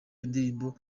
indirimbo